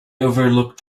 overlooked